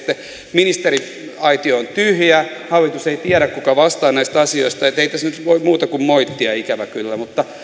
ministeriaitio on tyhjä hallitus ei tiedä kuka vastaa näistä asioista ei tässä nyt voi muuta kuin moittia ikävä kyllä mutta